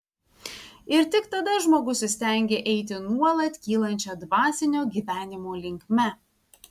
ir tik tada žmogus įstengia eiti nuolat kylančia dvasinio gyvenimo linkme